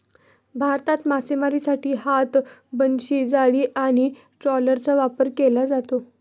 भारतात मासेमारीसाठी हात, बनशी, जाळी आणि ट्रॉलरचा वापर केला जातो